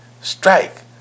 strike